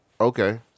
okay